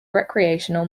recreational